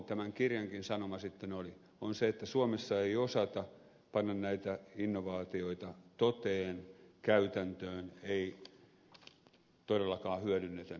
tämän kirjankin sanoma sitten on se että suomessa ei osata panna näitä innovaatioita toteen käytäntöön ei todellakaan hyödynnetä niitä